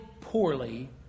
poorly